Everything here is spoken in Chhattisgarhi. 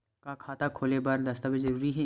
का खाता खोले बर दस्तावेज जरूरी हे?